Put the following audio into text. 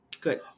Good